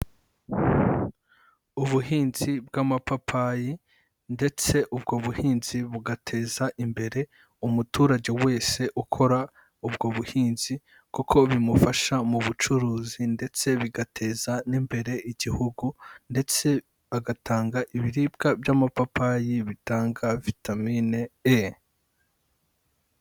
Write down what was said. Ubuhinzi bw'amapapayi ndetse ubwo buhinzi bugateza imbere umuturage wese ukora ubwo buhinzi, kuko bimufasha mu bucuruzi ndetse bigateza n'imbere igihugu ndetse bagatanga ibiribwa by'amapapayi bitanga vitamine E.